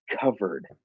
covered